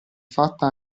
fatta